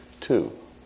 two